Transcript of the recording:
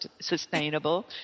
sustainable